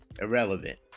irrelevant